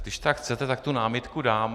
Když tak chcete, tak tu námitku dám.